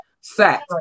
sex